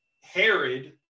Herod